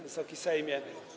Wysoki Sejmie!